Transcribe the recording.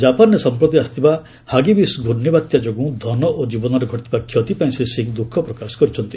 ଜାପାନରେ ସମ୍ପ୍ରତି ଆସିଥିବା ହାଗିବିସ୍ ଘର୍ଷିବାତ୍ୟା ଯୋଗୁଁ ଧନ ଓ ଜୀବନର ଘଟିଥିବା କ୍ଷତି ପାଇଁ ଶ୍ରୀ ସିଂହ ଦୁଃଖ ପ୍ରକାଶ କରିଛନ୍ତି